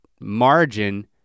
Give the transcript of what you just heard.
margin